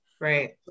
right